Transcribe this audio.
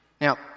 Now